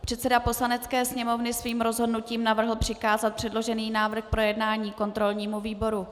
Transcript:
Předseda Poslanecké sněmovny svým rozhodnutím navrhl přikázat předložený návrh k projednání kontrolnímu výboru.